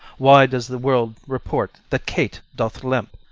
why does the world report that kate doth limp?